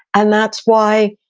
and that's why